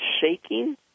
shaking